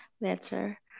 later